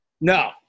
No